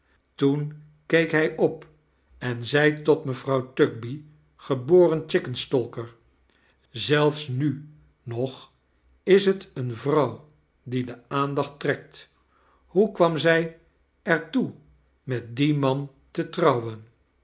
toen keek hij op en zei tot mevrouw tugby geboren chickenstalker zelfs nu nog is t eene vrouw die de aandacht trekt hoe kwam zij er toe met dien man te trouwen